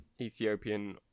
Ethiopian